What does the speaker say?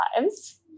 lives